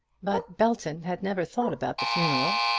but belton had never thought about the funeral.